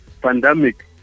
pandemic